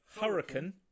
Hurricane